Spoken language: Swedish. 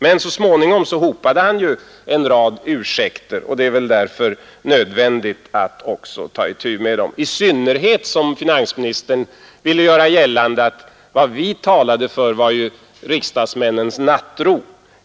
Men så småningom hopade han en rad ursäkter på varandra, och det är väl därför nödvändigt att ta itu även med dessa, i synnerhet som finansministern ville göra gällande att vad vi ömmade för var riksdagsmännens nattro.